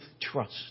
trust